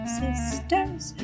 sisters